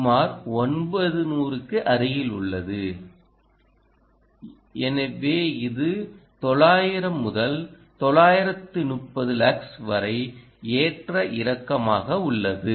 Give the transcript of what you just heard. சுமார் ஒன்பது நூறுக்கு அருகில் உள்ளது எனவே இது 900 முதல் 930 லக்ஸ் வரை ஏற்ற இறக்கமாக உள்ளது